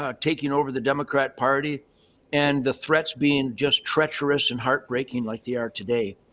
um taking over the democrat party and the threats being just treacherous and heartbreaking like they are today.